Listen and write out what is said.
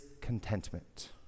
contentment